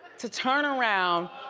to turn around,